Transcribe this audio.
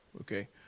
Okay